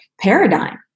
paradigm